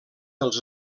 dels